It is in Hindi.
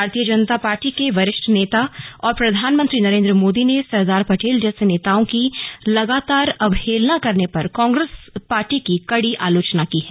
भारतीय जनता पार्टी के वरिष्ठ नेता और प्रधानमंत्री नरेन्द्र मोदी ने सरदार पटेल जैसे नेताओं की लगातार अवहेलना करने पर कांग्रेस पार्टी की कड़ी आलोचना की है